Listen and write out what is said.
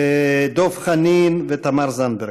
דב חנין ותמר זנדברג.